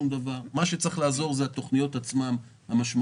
ומה שצריך לעזור זה התוכניות המשמעותיות,